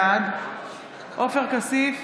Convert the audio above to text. בעד עופר כסיף,